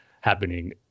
happening